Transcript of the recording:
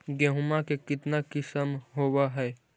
गेहूमा के कितना किसम होबै है?